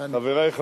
סגנית השר פה.